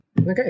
okay